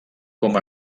com